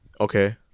Okay